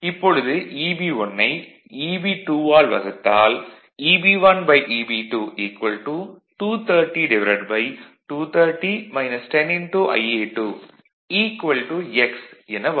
இப்பொழுது Eb1 ஐ Eb2 ஆல் வகுத்தால் Eb1Eb2 230230 10 Ia2 x என வரும்